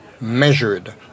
measured